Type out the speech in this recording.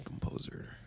composer